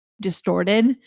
distorted